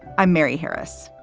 i'm mary harris.